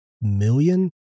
million